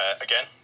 Again